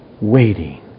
waiting